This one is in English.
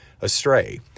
astray